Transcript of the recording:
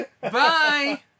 bye